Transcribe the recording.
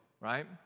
Right